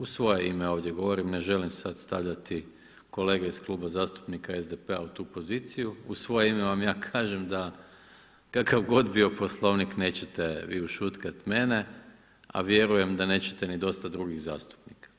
U svoje ime ovdje govorim, ne želim sad stavljati kolege iz Kluba zastupnika SDP-a u tu poziciju, u svoje ime vam ja kažem da kakav god bio Poslovnik, nećete vi ušutkati mene a vjerujem da nećete ni dosta drugih zastupnika.